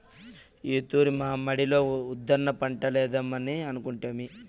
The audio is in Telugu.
ఈ తూరి మా మడిలో ఉద్దాన పంటలేద్దామని అనుకొంటిమి